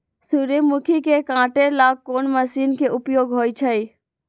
सूर्यमुखी के काटे ला कोंन मशीन के उपयोग होई छइ?